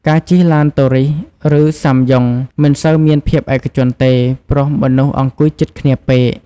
ការជិះឡានតូរីសឬសាំយ៉ុងមិនសូវមានភាពឯកជនទេ ព្រោះមនុស្សអង្គុយជិតគ្នាពេក។